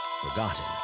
forgotten